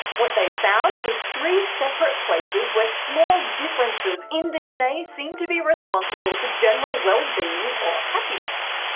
what they found was three separate places where small differences in dna seem to be responsible for general well-being or happiness.